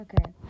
Okay